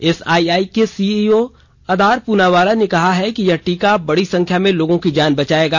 SII के CEO Adar Poonawalla ने कहा है कि यह टीका बड़ी संख्या में लोगों की जान बचाएगा